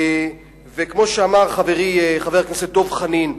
כמו שאמר חברי חבר הכנסת דב חנין,